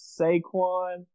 Saquon